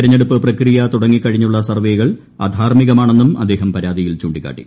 തെരഞ്ഞെടുപ്പ് പ്രിക്ടിയ തുടങ്ങിക്കഴിഞ്ഞുള്ള സർവേകൾ അധാർമ്മികമാണെന്നും അദ്ദേഹം പരാതിയിൽ ചൂണ്ടിക്കാട്ടി